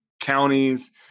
Counties